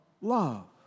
love